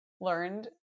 learned